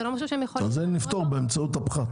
זה לא משהו שהם יכולים --- את זה נפתור באמצעות הפחת.